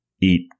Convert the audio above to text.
Eat